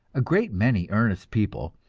a great many earnest people,